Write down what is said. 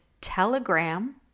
telegram